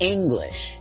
English